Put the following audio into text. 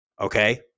Okay